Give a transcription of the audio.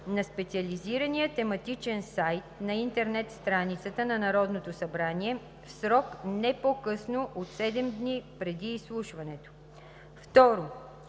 на специализирания тематичен сайт на интернет страницата на Народното събрание в срок не по-късно от 7 дни преди изслушването. 2.